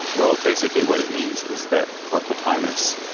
well basically what it means is that for plotinus,